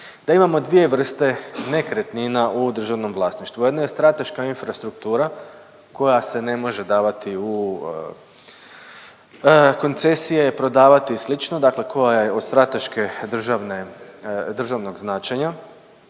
da imamo dvije vrste nekretnina u državnom vlasništvu. Jedna je strateška infrastruktura koja se ne može davati u koncesije, prodavati i slično dakle koja je od strateške državne, državnog značenja